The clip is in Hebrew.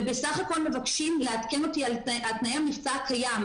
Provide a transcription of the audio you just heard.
ובסך הכול מבקשים לעדכן אותי על תנאי המבצע הקיים,